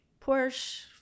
porsche